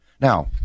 Now